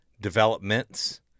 developments